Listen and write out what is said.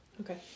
okay